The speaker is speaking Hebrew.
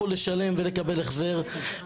הם יצטרכו לשלם ולקבל החזר.